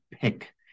pick